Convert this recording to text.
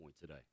today